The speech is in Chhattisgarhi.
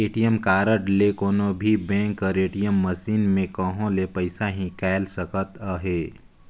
ए.टी.एम कारड ले कोनो भी बेंक कर ए.टी.एम मसीन में कहों ले पइसा हिंकाएल सकत अहे